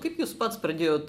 kaip jūs pats pradėjot